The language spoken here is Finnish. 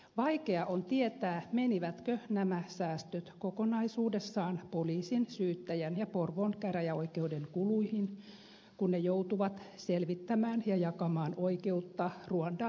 vaikea on tietää menivätkö nämä säästöt kokonaisuudessaan poliisin syyttäjän ja porvoon käräjäoikeuden kuluihin kun ne joutuvat selvittämään ja jakamaan oikeutta ruandan maaperällä